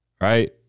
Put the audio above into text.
right